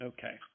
Okay